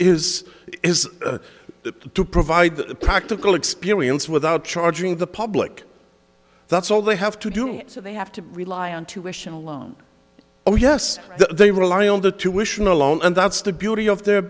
is is to provide the practical experience without charging the public that's all they have to do they have to rely on tuition alone or yes they rely on the tuition alone and that's the beauty of their